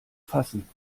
fassen